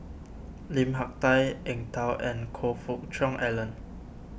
Lim Hak Tai Eng Tow and Choe Fook Cheong Alan